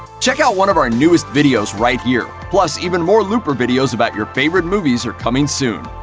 check out one of our newest videos right here! plus, even more looper videos about your favorite movies are coming soon.